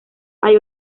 hay